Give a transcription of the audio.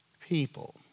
people